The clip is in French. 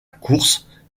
course